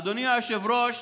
אדוני היושב-ראש,